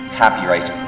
copyright